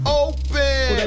open